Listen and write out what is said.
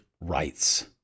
rights